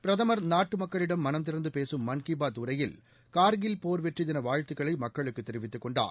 பிரதமர் நாட்டு மக்களிடம் மனம் திறந்து பேசும் ுமன் கி பாத் உரையில் கார்கில் போர் வெற்றி தின வாழ்த்துக்களை மக்களுக்கு தெரிவித்து கொண்டார்